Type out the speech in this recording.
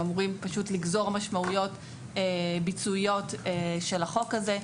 הם אמורים לגזור משמעויות ביצועיות של החוק הזה.